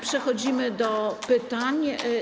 Przechodzimy do pytań.